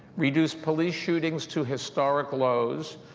reduced police shootings to historic lows,